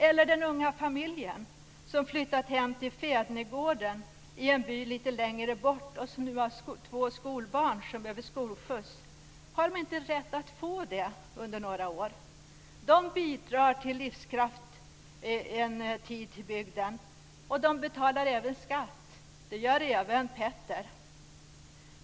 Eller vad sägs om den unga familjen som flyttat hem till fädernegården i en by lite längre bort? De har två skolbarn som behöver skolskjuts. Har de inte rätt att få det under några år? De bidrar med livskraft till bygden under en tid, och de betalar skatt. Det gör även Petter.